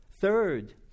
Third